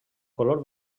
color